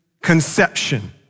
conception